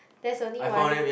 that's only one